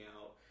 out